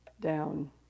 down